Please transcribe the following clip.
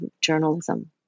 journalism